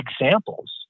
examples